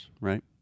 right